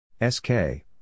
S-K